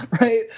Right